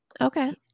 okay